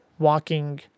walking